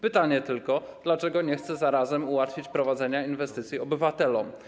Pytanie tylko: Dlaczego nie chce zarazem ułatwić prowadzenia inwestycji obywatelom?